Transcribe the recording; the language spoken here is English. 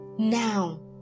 Now